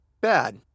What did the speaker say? bad